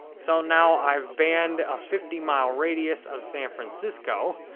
so, now i've banned a fifty mile radius of san francisco.